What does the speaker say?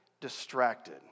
distracted